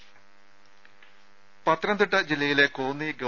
ദേദ പത്തനംതിട്ട ജില്ലയിലെ കോന്നി ഗവ